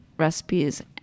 recipes